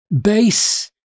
base